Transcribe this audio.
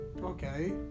okay